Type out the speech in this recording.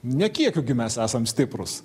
ne kiekiu gi mes esam stiprūs